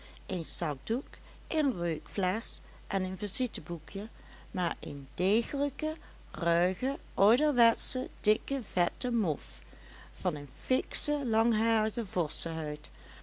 een zakdoek een reukflesch en een visiteboekje maar een degelijke ruige ouderwetsche dikke vette mof van een fiksche langharige